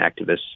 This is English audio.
activists